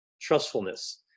Trustfulness